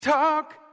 Talk